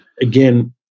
again